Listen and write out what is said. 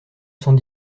cent